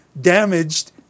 damaged